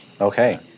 Okay